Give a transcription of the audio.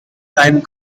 sine